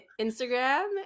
instagram